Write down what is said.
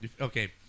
Okay